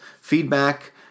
feedback